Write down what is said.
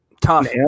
tough